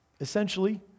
essentially